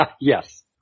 Yes